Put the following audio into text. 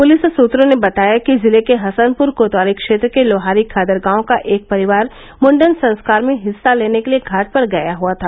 police सुत्रों ने बताया कि जिले के हसनपुर कोतवाली क्षेत्र के लोहारी खादर गांव का एक परिवार मुण्डन संस्कार में हिस्सा लेने के लिये घाट पर गया हुआ था